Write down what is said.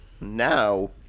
now